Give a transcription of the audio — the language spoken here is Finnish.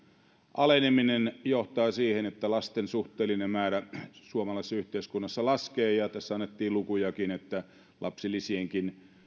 aleneminen johtaa siihen että lasten suhteellinen määrä suomalaisessa yhteiskunnassa laskee ja tässä annettiin lukujakin että lapsilisienkin